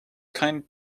kind